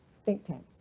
think tank.